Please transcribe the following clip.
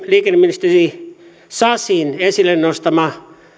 liikenneministerin sasin esille nostama